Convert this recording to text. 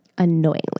Annoyingly